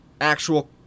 actual